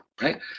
right